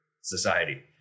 society